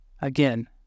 Again